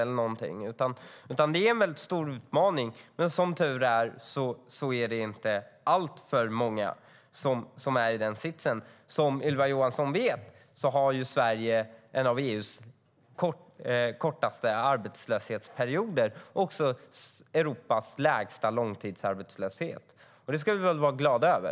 Det är en stor utmaning, men det är som tur är inte alltför många som är i den sitsen. Som Ylva Johansson vet har Sverige en av EU:s kortaste arbetslöshetsperioder och Europas lägsta långtidsarbetslöshet. Det ska vi väl vara glada över.